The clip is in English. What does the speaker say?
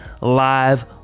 live